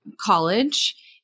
college